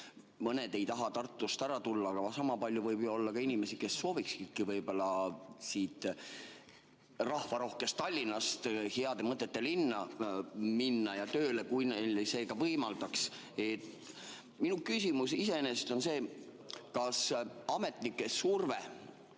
ah, ei taha Tartust ära tulla, aga sama palju võib olla ka inimesi, kes sooviksid võib-olla siit rahvarohkest Tallinnast heade mõtete linna tööle minna, kui neile seda võimaldataks. Minu küsimus on see: kas ametnike surve